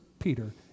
Peter